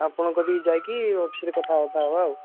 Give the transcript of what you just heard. ଆପଣଙ୍କ କତିକି ଯାଇକି ଅଫିସ୍ରେ କଥାବାର୍ତ୍ତା ହେବା ଆଉ